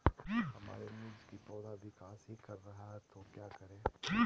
हमारे मिर्च कि पौधा विकास ही कर रहा है तो क्या करे?